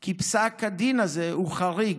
כי פסק הדין הזה הוא חריג,